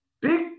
big